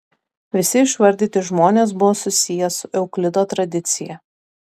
visi išvardyti žmonės buvo susiję su euklido tradicija